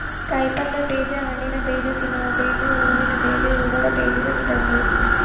ಕಾಯಿಪಲ್ಯ ಬೇಜ, ಹಣ್ಣಿನಬೇಜ, ತಿನ್ನುವ ಬೇಜ, ಹೂವಿನ ಬೇಜ ಇವುಗಳು ಬೇಜದ ವಿಧಗಳು